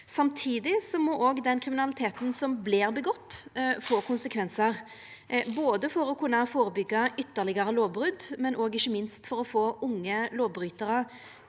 Samtidig må òg den kriminaliteten som vert utført, få konsekvensar, både for å kunna førebyggja ytterlegare lovbrot og ikkje minst for å få unge lovbrytarar